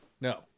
No